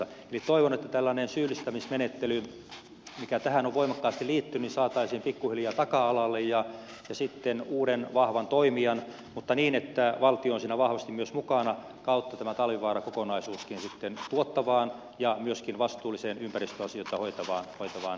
eli toivon että tällainen syyllistämismenettely mikä tähän on voimakkaasti liittynyt saataisiin pikkuhiljaa taka alalle ja sitten uuden vahvan toimijan kautta mutta niin että valtio on siinä vahvasti myös mukana tämä talvivaara kokonaisuuskin saataisiin sitten tuottavaan ja myöskin vastuulliseen ympäristöasioita hoitavaan asentoon